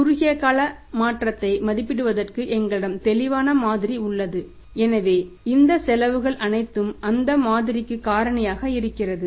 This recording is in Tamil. குறுகிய கால மாற்றத்தை மதிப்பிடுவதற்கு எங்களிடம் தெளிவான மாதிரி உள்ளது எனவே இந்த செலவுகள் அனைத்தும் அந்த மாதிரிக்கு காரணியாக இருக்கிறது